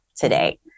today